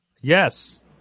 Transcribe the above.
Yes